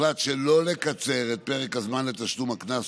הוחלט שלא לקצר את פרק הזמן לתשלום הקנס